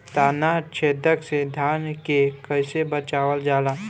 ताना छेदक से धान के कइसे बचावल जाला?